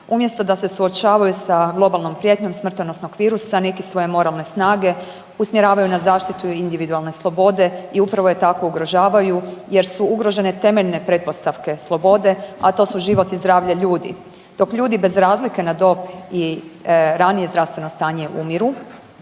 „Umjesto da se suočavaju s globalnom prijetnjom smrtonosnog virusa neki svoje moralne snage usmjeravaju na zaštitu individualne slobode i upravo je tako ugrožavaju jer su ugrožene temeljne pretpostavke slobode, a to su život i zdravlja ljudi. Dok ljudi bez razlike na dob i ranije zdravstveno stanje umiru,